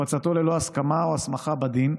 הפצתו ללא הסכמה או הסמכה בדין,